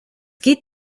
geht